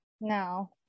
no